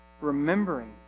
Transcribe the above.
Remembering